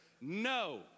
No